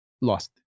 lost